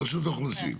רשות האוכלוסין?